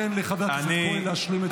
תן לחבר הכנסת כהן להשלים את דבריו.